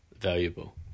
valuable